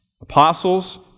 Apostles